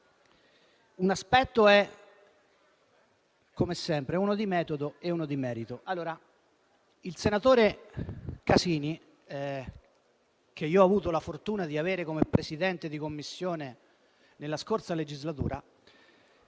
due aspetti, come sempre uno di metodo e uno di merito. Il senatore Casini, che ho avuto la fortuna di avere come Presidente di Commissione nella scorsa legislatura,